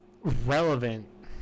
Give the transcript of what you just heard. relevant